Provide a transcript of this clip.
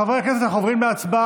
חברי הכנסת, אנחנו עוברים להצבעה